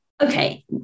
Okay